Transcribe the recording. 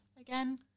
again